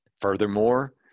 Furthermore